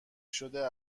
شده